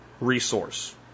resource